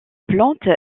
plante